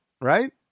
Right